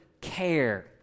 care